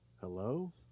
hello